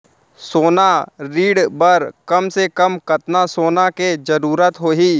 सोना ऋण बर कम से कम कतना सोना के जरूरत होही??